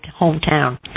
hometown